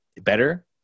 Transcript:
better